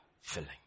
filling